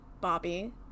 Bobby